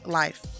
life